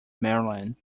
maryland